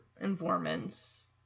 informants